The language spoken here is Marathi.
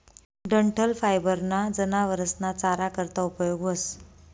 डंठल फायबर ना जनावरस ना चारा करता उपयोग व्हस